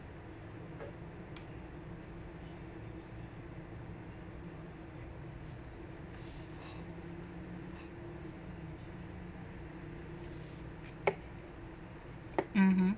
mmhmm